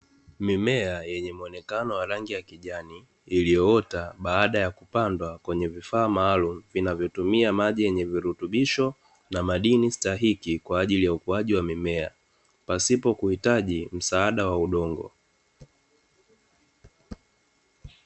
Mimea yenye muonekana wa rangi ya kijani, iliyoota baada ya kupandwa kwenye vifaa maalum vinavyotumia maji yenye virutubisho na madini stahiki kwa ajili ya ukuaji wa mimea, pasipo kuhitaji msaada wa udongo.